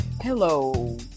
Hello